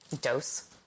dose